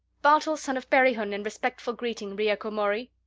bartol son of berihun in respectful greeting, rieko mori.